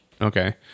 Okay